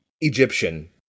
Egyptian